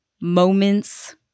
moments